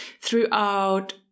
throughout